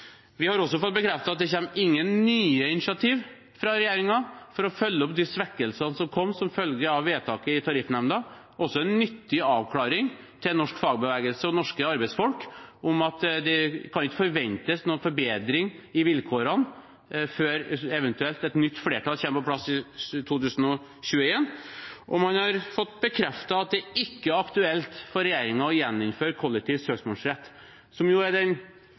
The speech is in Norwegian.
Vi har også fått bekreftet at det kommer ingen nye initiativ fra regjeringen for å følge opp de svekkelsene som kom som følge av vedtaket i Tariffnemnda. Det er også en nyttig avklaring for norsk fagbevegelse og norske arbeidsfolk om at det ikke kan forventes noen forbedring i vilkårene før eventuelt et nytt flertall kommer på plass i 2021. Og man har fått bekreftet at det ikke er aktuelt for regjeringen å gjeninnføre kollektiv søksmålsrett, som jo er,